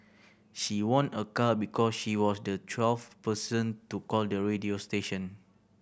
she won a car because she was the twelfth person to call the radio station